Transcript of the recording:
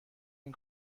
این